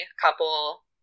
couple